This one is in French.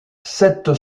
cette